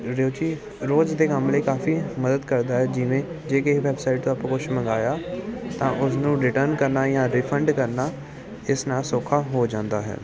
ਰੋਜ਼ੀ ਰੋਜ਼ ਦੇ ਕੰਮ ਲਈ ਕਾਫੀ ਮਦਦ ਕਰਦਾ ਹੈ ਜਿਵੇਂ ਜੇ ਕਿਸੇ ਵੈਬਸਾਈਟ ਤੋਂ ਆਪਾਂ ਕੁਛ ਮੰਗਵਾਇਆ ਤਾਂ ਉਸਨੂੰ ਰਿਟਰਨ ਕਰਨਾ ਜਾਂ ਰਿਫੰਡ ਕਰਨਾ ਇਸ ਨਾਲ ਸੌਖਾ ਹੋ ਜਾਂਦਾ ਹੈ